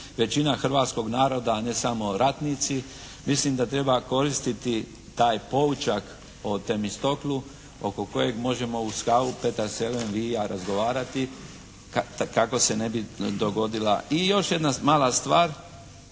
većina hrvatskog naroda, a ne samo ratnici mislim da treba koristiti taj poučak o Demistoklu oko kojeg možemo uz kavu Petar Selem i ja razgovarati kako se ne bi dogodila. I još jedna mala stvar